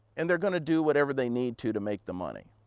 and they are going to do whatever they need to to make the money.